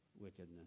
wickedness